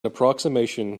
approximation